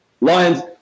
Lions